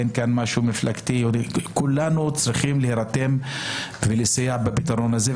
אין כאן משהו מפלגתי כולנו צריכים להירתם ולסייע בפתרון הזה.